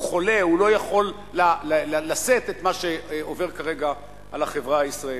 הוא לא יכול לשאת את מה שעובר כרגע על החברה הישראלית.